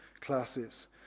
classes